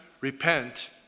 repent